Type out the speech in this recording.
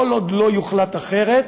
כל עוד לא יוחלט אחרת,